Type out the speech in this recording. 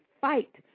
fight